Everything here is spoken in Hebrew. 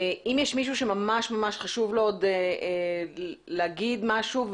אם יש מישהו שממש ממש חשוב לו להגיד משהו,